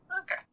Okay